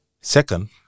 Second